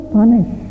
punish